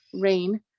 rain